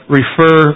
refer